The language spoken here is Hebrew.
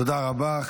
תודה רבה.